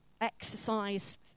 exercise